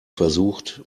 versucht